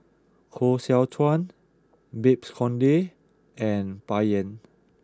Koh Seow Chuan Babes Conde and Bai Yan